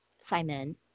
Simon